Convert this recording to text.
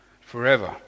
forever